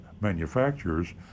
manufacturers